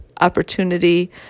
opportunity